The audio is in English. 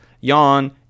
yawn